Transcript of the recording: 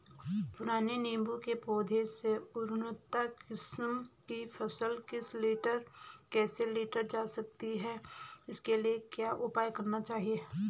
पुराने नीबूं के पौधें से उन्नत किस्म की फसल कैसे लीटर जा सकती है इसके लिए क्या उपाय करने चाहिए?